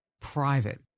private